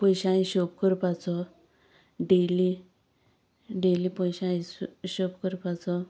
पयशां हिशोब करपाचो daily daily पयशां हिशोब करपाचो